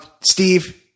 Steve